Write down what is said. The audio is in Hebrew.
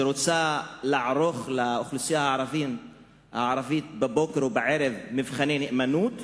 שרוצה לערוך לאוכלוסייה הערבית בבוקר ובערב מבחני נאמנות,